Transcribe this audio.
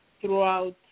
Throughout